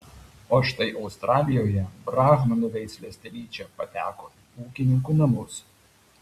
o štai australijoje brahmanų veislės telyčia pateko į ūkininkų namus